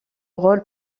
rôle